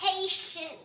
patient